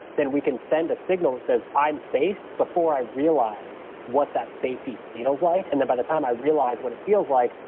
then we can send a signal that says, i'm safe before i realize what that safety feels like. and then by the time i realize what it feels like,